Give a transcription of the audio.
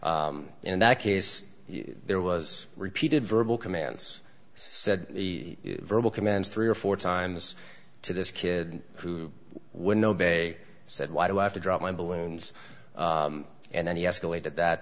in that case there was repeated verbal commands said the verbal commands three or four times to this kid who would know bay said why do i have to drop my balloons and then he escalated that